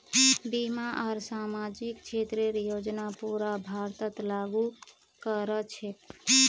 बीमा आर सामाजिक क्षेतरेर योजना पूरा भारतत लागू क र छेक